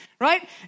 right